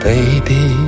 Baby